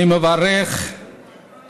אני מקדם בברכה